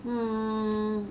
hmm